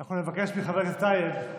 אנחנו נבקש מחבר הכנסת טייב,